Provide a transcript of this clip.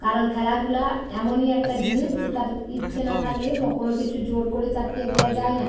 কারণ খেলাধূলা এমনই একটা জিনিস যে তাদের ইচ্ছে না থাকলে কোনও কিছু জোর করে চাপিয়ে দেওয়া যায় না